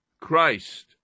Christ